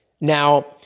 Now